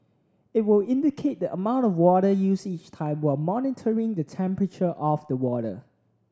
it will indicate the amount of water used each time while monitoring the temperature of the water